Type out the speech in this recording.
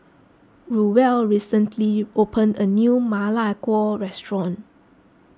Ruel recently opened a new Ma Lai Gao restaurant